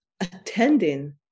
attending